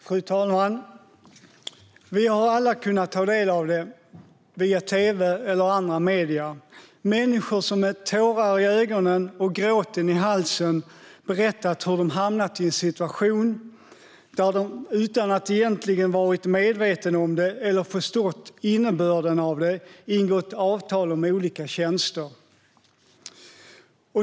Fru talman! Vi har alla, i tv eller i andra medier, sett eller hört människor som med tårar i ögonen och gråten i halsen berättat hur de hamnat i en situation där de, utan att de egentligen varit medvetna om det eller förstått innebörden av det, ingått avtal om olika tjänster.